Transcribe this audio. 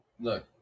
Look